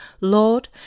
Lord